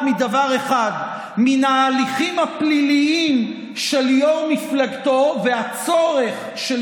מדבר אחד: מההליכים הפליליים של יו"ר מפלגתו והצורך של